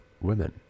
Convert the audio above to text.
women